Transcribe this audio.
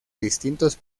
distintos